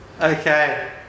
Okay